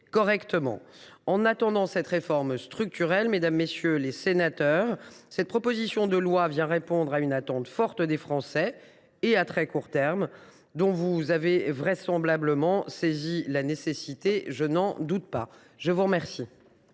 correctement. En attendant cette réforme structurelle, mesdames, messieurs les sénateurs, cette proposition de loi répond à une attente forte des Français à court terme, dont vous avez vraisemblablement, je n’en doute pas, saisi